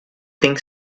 think